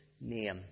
name